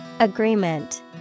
Agreement